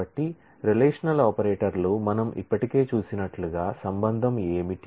కాబట్టి రిలేషనల్ ఆపరేటర్లు మనం ఇప్పటికే చూసినట్లుగా రిలేషన్ ఏమిటి